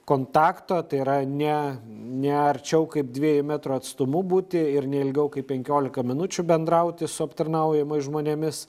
kontakto tai yra ne ne arčiau kaip dviejų metrų atstumu būti ir ne ilgiau kaip penkiolika minučių bendrauti su aptarnaujamais žmonėmis